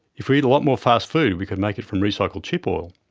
if we eat a lot more fast food we could make it from recycled chip oil.